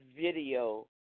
video